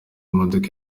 modoka